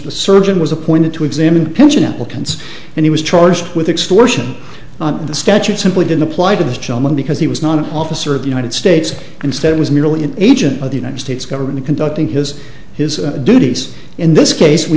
the surgeon was appointed to examine pension applicants and he was charged with extortion on the statute simply didn't apply to this gentleman because he was not an officer of the united states instead it was merely an agent of the united states government conducting his his duties in this case we